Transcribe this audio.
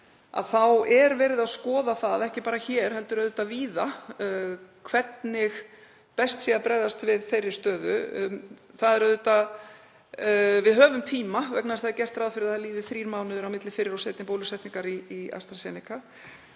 þá er verið að skoða það, ekki bara hér heldur víða, hvernig best sé að bregðast við þeirri stöðu. Við höfum tíma vegna þess að gert er ráð fyrir að þrír mánuðir líði á milli fyrri og seinni bólusetningar með AstraZeneca.